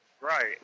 Right